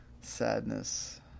Sadness